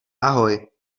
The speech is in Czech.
ahoj